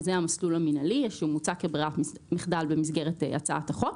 שזה המסלול המינהלי שמוצע כברירת מחדל במסגרת הצעת החוק,